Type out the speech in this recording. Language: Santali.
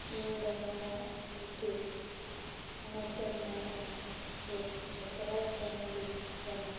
ᱤᱧ ᱫᱚ ᱱᱚᱣᱟ ᱯᱩᱛᱚᱤ ᱩᱱᱟᱛᱮᱧ ᱢᱚᱱᱮᱭᱟ ᱡᱮ ᱡᱚᱛᱚ ᱦᱚᱲ ᱴᱷᱮᱱ ᱜᱮ ᱡᱮᱱᱚ